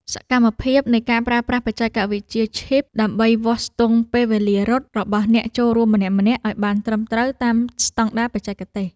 សកម្មភាពនៃការប្រើប្រាស់បច្ចេកវិទ្យាឈីប ដើម្បីវាស់ស្ទង់ពេលវេលារត់របស់អ្នកចូលរួមម្នាក់ៗឱ្យបានត្រឹមត្រូវតាមស្ដង់ដារបច្ចេកទេស។